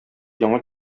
яңа